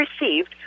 received